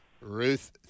Ruth